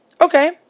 Okay